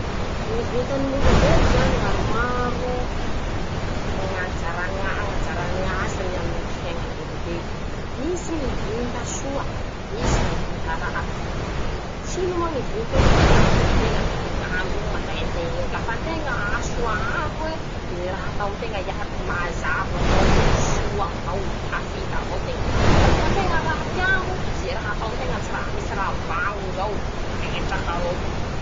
Ñy vintany ñ'olombelo zany maromaro ñ'anjaña ñ'anjarañ'asany aminy ñy fiaiñany ñ'olombelo, misy ñy vinta soa, misy ñy vinta raty, tsy ino moa ñy vint'eo fa ñ'andronteña, ñ'androo manday anteñ'eo lafa teña aa soa andro e, ze raha ataonteña iaby mazava avao, soa, tafita avao teña, fa lafa teña raty andro, ze raha ataonteña tsy misy raha vaño zao, vetraky avao.